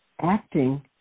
acting